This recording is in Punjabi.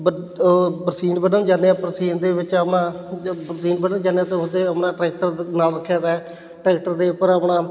ਬ ਬਰਸੀਨ ਵੱਢਣ ਜਾਂਦੇ ਹਾਂ ਬਰਸੀਨ ਦੇ ਵਿੱਚ ਆਪਾਂ ਜ ਬ ਬੀਨ ਵੱਢਣ ਜਾਂਦੇ ਹਾਂ ਤਾਂ ਉਸਦੇ ਆਪਣਾ ਟਰੈਕਟਰ ਨਾਲ ਰੱਖਿਆ ਵਿਆ ਟਰੈਕਟਰ ਦੇ ਉੱਪਰ ਆਪਣਾ